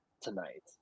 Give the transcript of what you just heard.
tonight